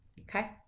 okay